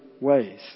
ways